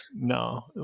No